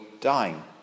dying